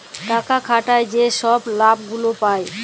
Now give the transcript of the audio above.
টাকা খাটায় যে ছব লাভ গুলা পায়